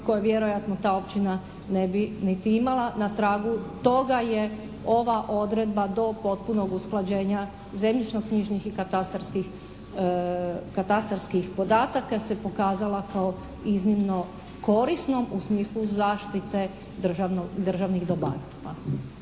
koje vjerojatno ta općina ne bi niti imala. Na tragu toga je ova odredba do potpunog usklađenja zemljišno-knjižnih i katastarskih, katastarskih podataka se pokazala kao iznimno korisnom u smislu zaštite državnih dobara.